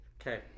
Okay